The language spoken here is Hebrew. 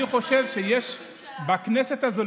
אני חושב שיש בכנסת הזו,